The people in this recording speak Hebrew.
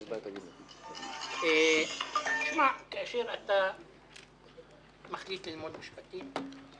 שמע, כאשר אתה מחליט ללמוד משפטים,